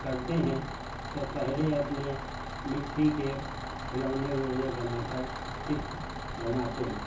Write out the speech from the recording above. करते हैं तो पहले अपने मिट्टी के खिलौने विलौने बनाकर चित्र बनाते हैं